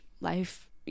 life